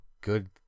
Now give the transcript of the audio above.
good